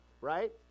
right